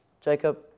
Jacob